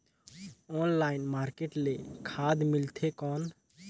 Online market ले खाद मिलथे कौन?